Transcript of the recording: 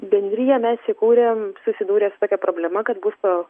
bendriją mes įkūrėm susidūrę su tokia problema kad būsto